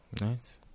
Nice